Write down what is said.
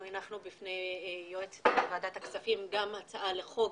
הנחנו בפני יועצת ועדת הכספים הצעה לחוק